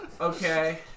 Okay